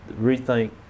rethink